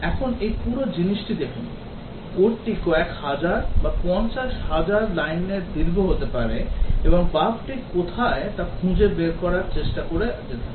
এখন এই পুরো জিনিসটি দেখুন কোডটি কয়েক হাজার বা পঞ্চাশ হাজার লাইনের দীর্ঘ হতে পারে এবং বাগটি কোথায় তা খুঁজে বের করার চেষ্টা করে আমাদের দেখতে হবে